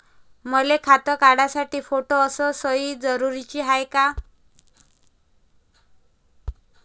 मले खातं काढासाठी फोटो अस सयी जरुरीची हाय का?